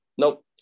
Nope